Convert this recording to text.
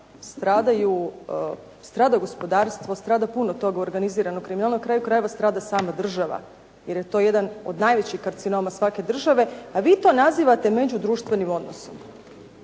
strada gospodarstvo, strada puno toga u organiziranom kriminalu. Na kraju krajeva strada sama država, jer je to jedan od najvećih karcinoma svake države, a vi to nazivate međudruštvenim odnosom.